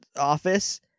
office